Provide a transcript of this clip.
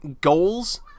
goals